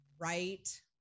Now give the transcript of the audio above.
right